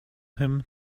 him